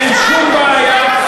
אין שום בעיה,